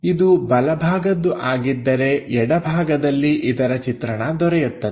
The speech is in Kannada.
ಇದು ಬಲ ಭಾಗದ್ದು ಆಗಿದ್ದರೆ ಎಡಭಾಗದಲ್ಲಿ ಇದರ ಚಿತ್ರಣ ದೊರೆಯುತ್ತದೆ